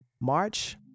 March